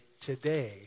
today